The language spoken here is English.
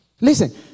Listen